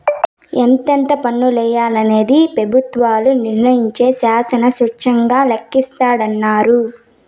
ఎంతెంత పన్నులెయ్యాలనేది పెబుత్వాలు నిర్మయించే శానా స్వేచ్చగా లెక్కలేస్తాండారు